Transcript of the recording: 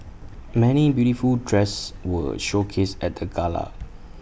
many beautiful dresses were showcased at the gala